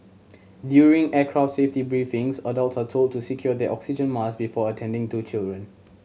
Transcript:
during aircraft safety briefings adult are told to secure their oxygen mask before attending to children